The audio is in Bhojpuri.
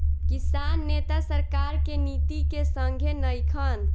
किसान नेता सरकार के नीति के संघे नइखन